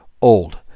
old